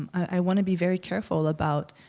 um i wanna be very careful about